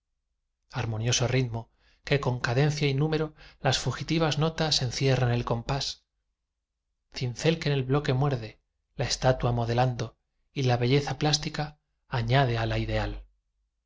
armonioso ritmo que con cadencia y número las fugitivas notas encierra en el compás cincel que el bloque muerde la estatua modelando y la belleza plástica añade á la ideal